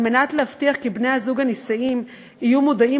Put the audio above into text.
על מנת להבטיח כי בני-הזוג הנישאים יהיו מודעים